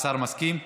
השר מסכים?